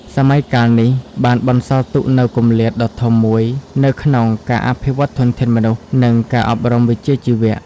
សម័យកាលនេះបានបន្សល់ទុកនូវគម្លាតដ៏ធំមួយនៅក្នុងការអភិវឌ្ឍធនធានមនុស្ស និងការអប់រំវិជ្ជាជីវៈ។